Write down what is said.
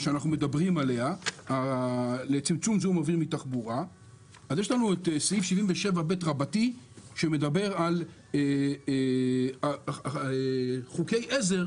יש לנו את סעיף 77ב רבתי שמדבר על חוקי עזר